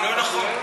לא נכון.